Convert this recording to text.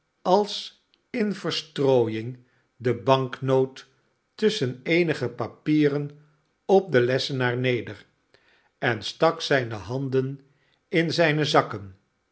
als in verstrooiing de banknoot tusschen eenige papieren op den lessenaar neder en stak zijne handen in zijne zakken